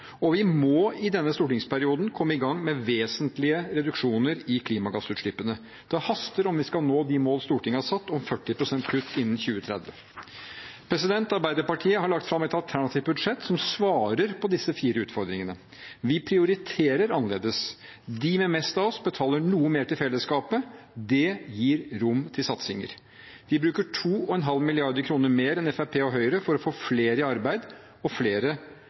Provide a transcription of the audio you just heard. eldre. Vi må i denne stortingsperioden komme i gang med vesentlige reduksjoner i klimagassutslippene. Det haster om vi skal nå de mål Stortinget har satt om 40 pst. kutt innen 2030. Arbeiderpartiet har lagt fram et alternativt budsjett, som svarer på disse fire utfordringene. Vi prioriterer annerledes. De av oss med mest betaler noe mer til fellesskapet. Det gir rom for satsinger. Vi bruker 2,5 mrd. kr mer enn Høyre og Fremskrittspartiet for å få flere i arbeid og